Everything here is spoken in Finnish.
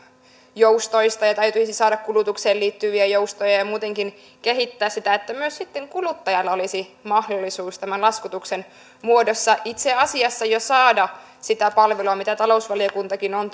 joustoista ja täytyisi saada kulutukseen liittyviä joustoja ja ja muutenkin kehittää sitä että myös sitten kuluttajalla olisi mahdollisuus tämän laskutuksen muodossa itse asiassa jo saada sitä palvelua mitä talousvaliokuntakin on